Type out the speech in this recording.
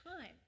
time